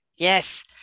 Yes